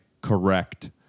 correct